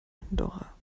andorra